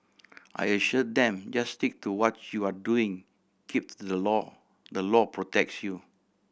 I assured them just stick to what you are doing keep to the law the law protects you